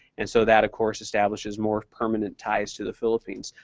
and so that of course establishes more permanent ties to the philippines.